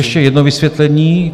Ještě jedno vysvětlení.